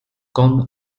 con